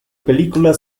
película